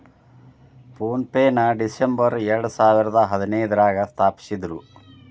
phone ಪೆನ December ಎರಡಸಾವಿರದ ಹದಿನೈದ್ರಾಗ ಸ್ಥಾಪಿಸಿದ್ರು